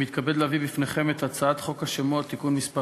ההצעה להעביר את הצעת חוק העונשין (תיקון,